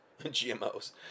GMOs